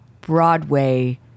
Broadway